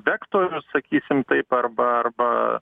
vektorius sakysim taip arba arba